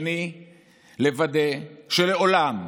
האחר לוודא שלעולם,